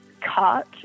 cut